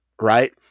right